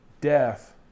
death